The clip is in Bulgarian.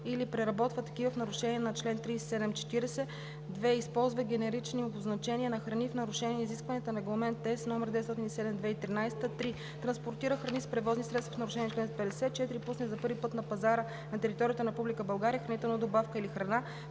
или преработва такива в нарушение на чл. 37 – 40; 2. използва генерични обозначения на храни в нарушение на изискванията на Регламент (ЕС) № 907/2013; 3. транспортира храни с превозни средства в нарушение на чл. 50; 4. пусне за първи път на пазара на територията на Република България хранителна добавка или храна,